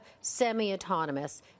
semi-autonomous